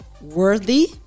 Worthy